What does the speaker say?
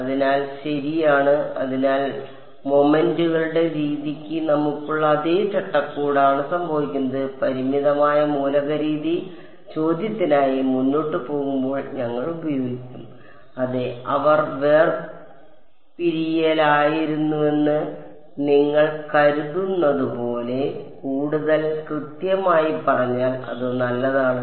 അതിനാൽ ശരിയാണ് അതിനാൽ മൊമെന്റുകളുടെ രീതിക്ക് നമുക്കുള്ള അതേ ചട്ടക്കൂടാണ് സംഭവിക്കുന്നത് പരിമിതമായ മൂലക രീതി ചോദ്യത്തിനായി മുന്നോട്ട് പോകുമ്പോൾ ഞങ്ങൾ ഉപയോഗിക്കും അതെ അവർ വേർപിരിയലായിരുന്നുവെന്ന് നിങ്ങൾ കരുതുന്നതുപോലെ കൂടുതൽ കൃത്യമായി പറഞ്ഞാൽ അത് നല്ലതാണ്